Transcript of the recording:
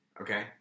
Okay